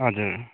हजुर